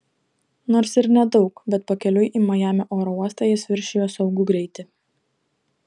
nors ir nedaug bet pakeliui į majamio oro uostą jis viršijo saugų greitį